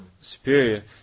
superior